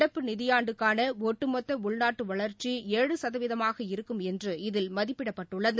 நடப்பு நிதியாண்டுக்கான ஒட்டுமொத்த உள்நாட்டு வளா்ச்சி ஏழு சதவீதமாக இருக்கும் என்று இதில் மதிப்பிடப்பட்டுள்ளது